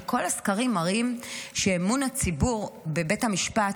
כי כל הסקרים מראים שאמון הציבור בבית המשפט